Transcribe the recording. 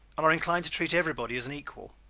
and are inclined to treat everybody as an equal.